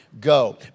go